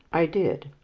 i did!